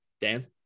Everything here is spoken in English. Dan